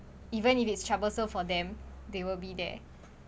even if it's troublesome for them they will be there